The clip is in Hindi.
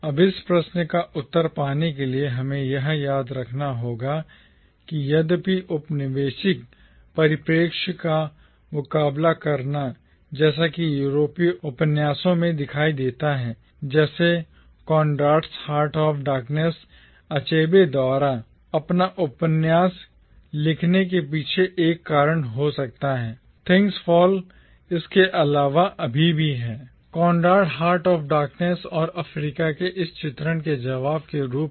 अब इस प्रश्न का उत्तर पाने के लिए हमें यह याद रखना होगा कि यद्यपि औपनिवेशिक परिप्रेक्ष्य का मुकाबला करना जैसा कि यूरोपीय उपन्यासों में दिखाई देता है जैसे Conrad's heart of darkness Achebe द्वारा अपना उपन्यास लिखने के पीछे एक कारण हो सकता है थिंग्स फॉल इसके अलावा अभी भी है कोनराड हार्ट ऑफ़ डार्कनेस और अफ्रीका के इसके चित्रण के जवाब के रूप में